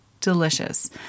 delicious